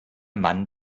mann